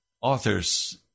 authors